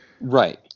Right